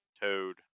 Toad